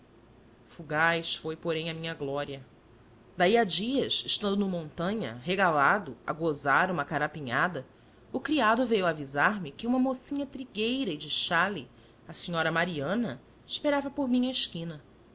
fugaz foi porém a minha glória daí a dias estando no montanha regalado a gozar uma carapinhada o criado veio avisar me que uma mocinha trigueira e de xale a senhora mariana esperava por mim à esquina